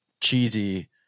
cheesy